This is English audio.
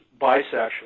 bisexual